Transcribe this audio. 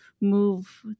move